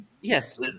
yes